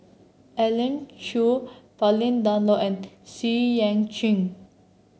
Elim Chew Pauline Dawn Loh and Xu Yuan Zhen